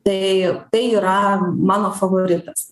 tai tai yra mano favoritas